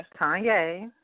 Kanye